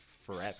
forever